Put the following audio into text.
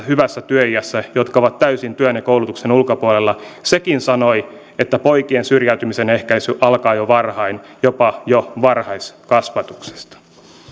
hyvässä työiässä olevista työmiehistä jotka ovat täysin työn ja koulutuksen ulkopuolella sekin sanoi että poikien syrjäytymisen ehkäisy alkaa jo varhain jopa jo varhaiskasvatuksesta